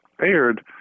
aired